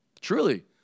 Truly